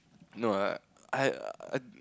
no ah I